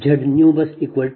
20840 0